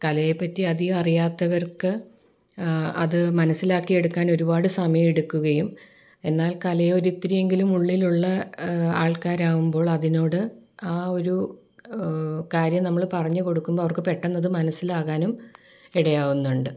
കലയെപ്പറ്റി അധികം അറിയാത്തവർക്ക് അത് മനസ്സിലാക്കായിയെടുക്കാൻ ഒരുപാട് സമയമെടുക്കുകയും എന്നാൽ കലയെ ഒരു ഇത്തിരിയെങ്കിലും ഉള്ളിലുള്ള ആൾക്കാർ ആവുമ്പോൾ അതിനോട് ആ ഒരു കാര്യം നമ്മൾ പറഞ്ഞു കൊടുക്കുമ്പോൾ അവർക്ക് പെട്ടന്നത് മനസ്സിലാകാനും ഇടയാവുന്നുണ്ട്